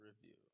review